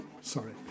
sorry